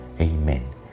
Amen